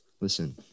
Listen